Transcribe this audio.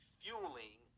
fueling